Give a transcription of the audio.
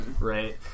Right